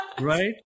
right